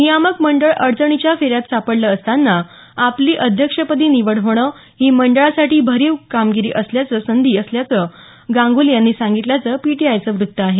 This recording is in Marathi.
नियामक मंडळ अडचणीच्या फेऱ्यात सापडलं असताना आपली अध्यक्षपदी निवड होणं ही मंडळासाठी भरीव काम करण्याची संधी असल्याचं गांगुली यांनी सांगितल्याचं पीटीआयचं व्रत्त आहे